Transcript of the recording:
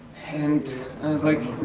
and i was like,